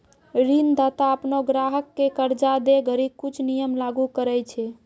ऋणदाता अपनो ग्राहक क कर्जा दै घड़ी कुछ नियम लागू करय छै